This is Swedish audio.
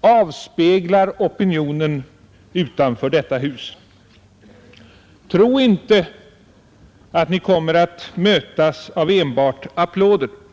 avspeglar opinionen utanför detta hus. Tro inte att ni kommer att mötas av enbart applåder.